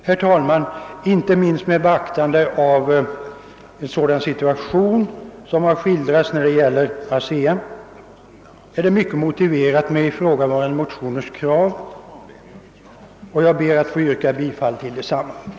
Herr talman! Inte minst på grund av den situation som skildrats beträffande ASEA anser vi kraven i motionerna mycket motiverade. Jag ber att få yrka bifall till motionerna 1: 507 och II: 633 samt I: 524 och II: 654.